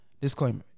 Disclaimer